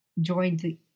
joined